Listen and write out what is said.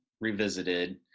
Revisited